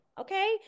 okay